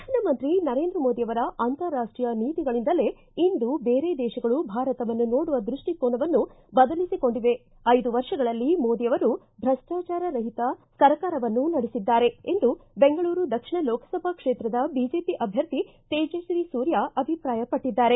ಪ್ರಧಾನಮಂತ್ರಿ ನರೆಂದ್ರ ಮೋದಿಯವರ ಅಂತಾರಾಷ್ಟೀಯ ನೀತಿಗಳಿಂದಲೇ ಇಂದು ಬೇರೆ ದೇಶಗಳು ಭಾರತವನ್ನು ನೋಡು ದೃಷ್ಟಿಕೋನವನ್ನು ಬದಲಿಸಿಕೊಂಡಿವೆ ಐದು ವರ್ಷಗಳಲ್ಲಿ ಮೋದಿಯವರು ಭ್ರಷ್ಟಾಚಾರ ರಹಿತ ಸರ್ಕಾರವನ್ನು ನಡೆಸಿದ್ದಾರ ಎಂದು ಬೆಂಗಳೂರು ದಕ್ಷಿಣ ಲೋಕಸಭಾ ಕ್ಷೇತ್ರದ ಬಿಜೆಪಿ ಅಭ್ವರ್ಧಿ ತೇಜಸ್ವಿ ಸೂರ್ಯ ಅಭಿಪ್ರಾಯ ಪಟ್ಟಿದ್ದಾರೆ